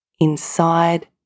inside